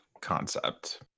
concept